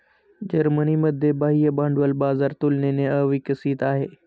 जर्मनीमध्ये बाह्य भांडवल बाजार तुलनेने अविकसित आहे